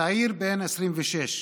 צעיר בן 26,